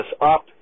up